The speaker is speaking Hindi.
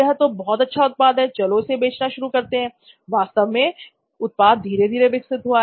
यह तो बहुत अच्छा उत्पाद है चलो इसे बेचना शुरू करते हैं वास्तव में उत्पाद धीरे धीरे विकसित हुआ